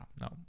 no